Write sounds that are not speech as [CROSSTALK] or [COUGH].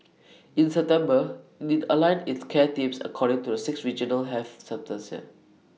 [NOISE] in September IT aligned its care teams according to the six regional health systems here